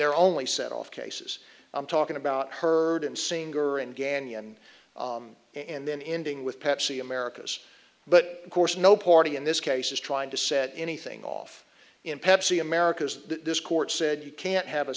they're only set off cases i'm talking about heard in senior and gagnon and then ending with pepsi americas but of course no party in this case is trying to set anything off in pepsi americas this court said you can't have a